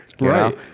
Right